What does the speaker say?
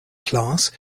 class